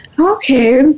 Okay